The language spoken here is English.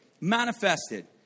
manifested